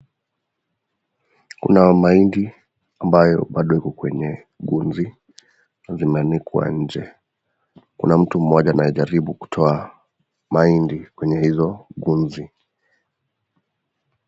Kuna mahindi ambayo bado iko kwenye gunzi na zimeanikwa nje, Kuna mtu mmoja anayejaribu kutoa mahindi kwenye hizo gumvi